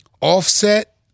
offset